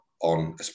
on